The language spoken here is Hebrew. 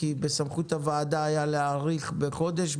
כי בסמכות הוועדה היה להאריך בחודש,